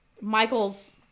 Michael's